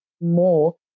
more